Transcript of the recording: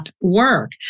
work